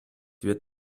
wird